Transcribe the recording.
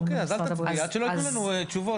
אוקי, אז אל תצביעי עד שלא יתנו לנו תשובות.